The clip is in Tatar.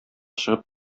чыгып